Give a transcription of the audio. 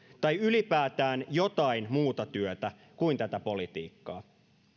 tai ylipäätään jotain muuta työtä kuin tätä politiikkaa